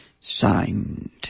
Signed